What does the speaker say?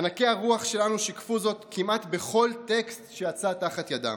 ענקי הרוח שלנו שיקפו זאת כמעט בכל טקסט שיצא תחת ידם.